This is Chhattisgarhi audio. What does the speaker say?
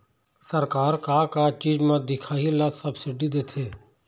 सरकार का का चीज म दिखाही ला सब्सिडी देथे?